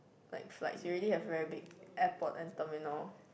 like flights we already have very big airport and terminal